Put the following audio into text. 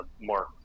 more